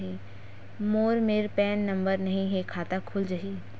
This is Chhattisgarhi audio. मोर मेर पैन नंबर नई हे का खाता खुल जाही?